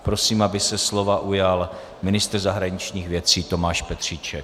Prosím, aby se slova ujal ministr zahraničních věcí Tomáš Petříček.